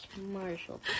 Marshall